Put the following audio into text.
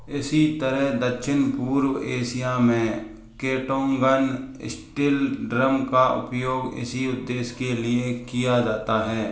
इसी तरह दक्षिण पूर्व एशिया में केंटोंगन स्टील ड्रम का उपयोग इसी उद्देश्य के लिए किया जाता है